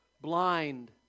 blind